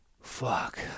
fuck